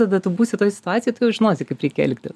tada tu būsi toj sutuacijoj tu jau žinosi kaip reikia elgtis